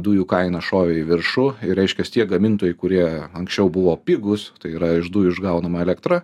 dujų kaina šovė į viršų ir reiškias tie gamintojai kurie anksčiau buvo pigūs tai yra iš dujų išgaunama elektra